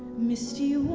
misty